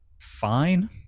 Fine